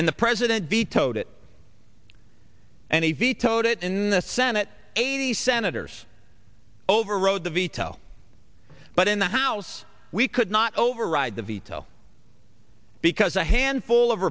and the president vetoed it and he vetoed it in the senate eighty senators overrode the veto but in the house we could not override the veto because a handful of